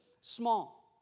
small